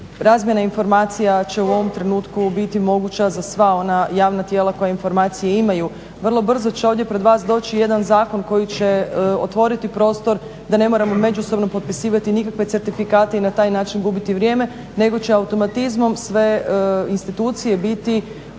razmjena informacija će u ovom trenutku biti moguća za sva ona javna tijela koja informacije imaju. Vrlo brzo će ovdje pred vas doći jedan zakon koji će otvoriti prostor da ne moramo međusobno potpisivati nikakve certifikate i na taj način gubiti vrijeme nego će automatizmom sve institucije biti